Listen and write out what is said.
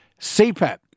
CPAP